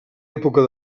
època